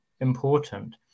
important